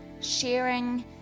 sharing